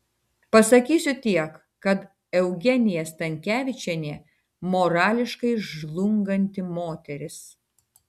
pasakysiu tiek kad eugenija stankevičienė morališkai žlunganti moteris